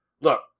look